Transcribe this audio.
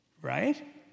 Right